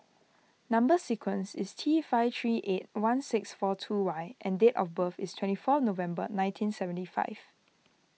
Number Sequence is T five three eight one six four two Y and date of birth is twenty four November nineteen seventy five